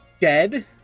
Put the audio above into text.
dead